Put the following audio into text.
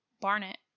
Barnett